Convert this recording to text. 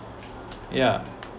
ya